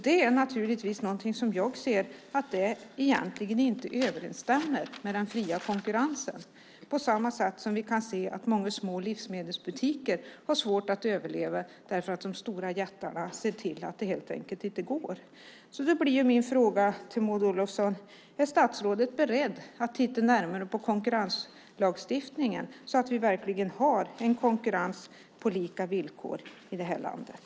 Det är något som jag inte tycker överensstämmer med den fria konkurrensen, på samma sätt som vi kan se att många små livsmedelsbutiker har svårt att överleva därför att de stora jättarna ser till att det helt enkelt inte går. Då blir min fråga till Maud Olofsson: Är statsrådet beredd att titta närmare på konkurrenslagstiftningen så att vi verkligen har en konkurrens på lika villkor i det här landet?